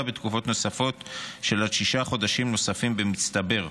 בתקופות נוספות של עד שישה חודשים נוספים במצטבר.